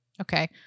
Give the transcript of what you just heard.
Okay